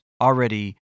already